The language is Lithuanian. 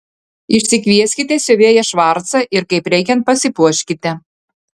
išsikvieskite siuvėją švarcą ir kaip reikiant pasipuoškite